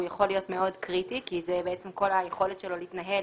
והוא יכול להיות מאוד קריטי כי זה בעצם כל היכולת שלו להתנהל